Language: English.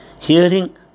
Hearing